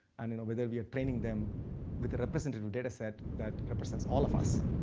and and whether we are training them with a representative data set that represents all of us